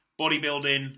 bodybuilding